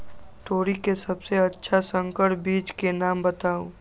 तोरी के सबसे अच्छा संकर बीज के नाम बताऊ?